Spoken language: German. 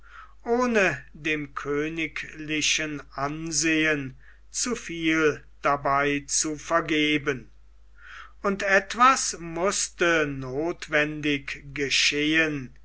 ohne dem königlichen ansehen zu viel dabei zu vergeben und etwas mußte nothwendig geschehen